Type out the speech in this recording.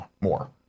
more